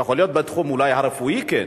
יכול להיות שבתחום אולי הרפואי כן,